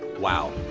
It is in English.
wow,